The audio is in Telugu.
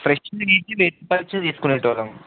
ఫ్రెష్ తీసుకునేటి వాళ్ళం